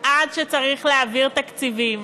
עד שצריך להעביר תקציבים.